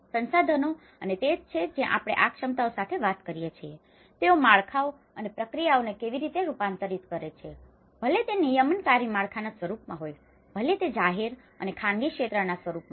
સંસાધનો અને તે જ છે જ્યાં આપણે આ ક્ષમતાઓ સાથે વાત કરીએ છીએ તેઓ માળખાઓ અને પ્રક્રિયાઓને કેવી રીતે રૂપાંતરિત કરે છે ભલે તે નિયમનકારી માળખાના સ્વરૂપમાં હોય ભલે તે જાહેર અને ખાનગી ક્ષેત્રના સ્વરૂપમાં હોય